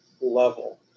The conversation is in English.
level